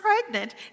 pregnant